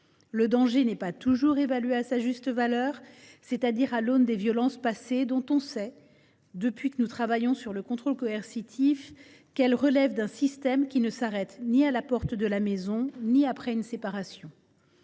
Le danger n’est pas toujours évalué à sa juste valeur, c’est à dire à l’aune des violences passées dont on sait, depuis que nous travaillons sur le contrôle coercitif, qu’elles relèvent d’un système qui ne s’arrête ni à la porte de la maison ni après une séparation